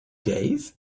days